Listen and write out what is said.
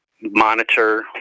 monitor